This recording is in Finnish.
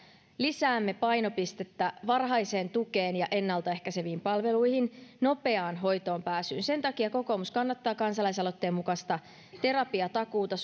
lisäämme painopistettä varhaiseen tukeen ja ennaltaehkäiseviin palveluihin nopeaan hoitoonpääsyyn sen takia kokoomus kannattaa kansalaisaloitteen mukaista terapiatakuuta